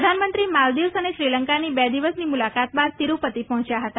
પ્રધાનમંત્રી માલ્દીવ્સ અને શ્રીલંકાની બે દિવસની મુલાકાત બાદ તિરુપતિ પહોંચ્યા હતા